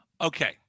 Okay